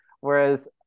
Whereas